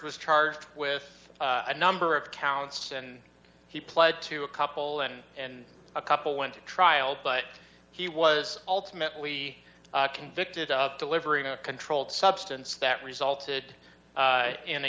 was charged with a number of counts and he pled to a couple and and a couple went to trial but he was ultimately convicted of delivering a controlled substance that resulted in a